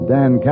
Dan